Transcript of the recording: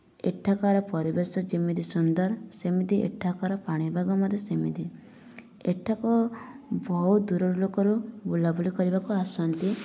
ଏଠାକାର ପରିବେଶ ଯେମିତି ସୁନ୍ଦର ସେମିତି ଏଠାକାର ପାଣିପାଗ ମଧ୍ୟ ସେମିତି ଏଠାକୁ ବହୁତ ଦୂର ଲୋକରୁ ବୁଲାବୁଲି କରିବାକୁ ଆସନ୍ତି